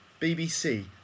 BBC